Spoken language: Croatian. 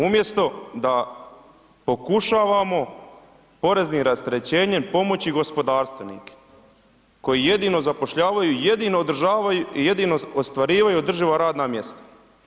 Umjesto da pokušavamo poreznim rasterećenjem pomoći gospodarstvenike koji jedino zapošljavaju, jedino održavaju i jedino ostvarivaju održiva radna mjesta.